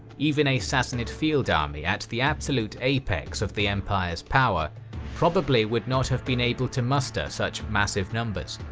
even a sassanid field army at the absolute apex of the empire's power probably would not have been able to muster such massive numbers,